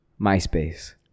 MySpace